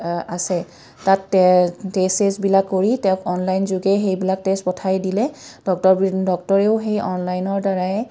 আছে তাত টেষ্ট চেষ্টবিলাক কৰি তেওঁক অনলাইন যোগে সেইবিলাক টেষ্ট পঠাই দিলে ডক্তৰ ডক্তৰেও সেই অনলাইনৰ দ্বাৰাই